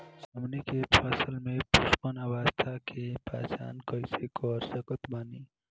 हमनी के फसल में पुष्पन अवस्था के पहचान कइसे कर सकत बानी?